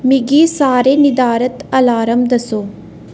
मिगी सारे निर्धारत अलार्म दस्सो